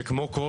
שכמו כל